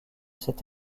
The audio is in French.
cet